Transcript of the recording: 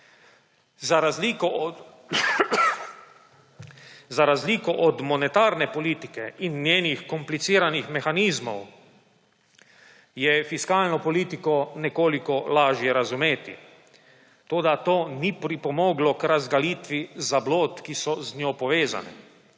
Za razliko od monetarne politike in njenih kompliciranih mehanizmov je fiskalno politiko nekoliko lažje razumeti. Toda to ni pripomoglo k razgalitvi zablod, ki so z njo povezane.